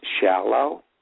shallow